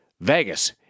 Vegas